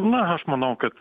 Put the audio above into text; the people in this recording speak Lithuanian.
na aš manau kad